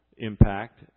impact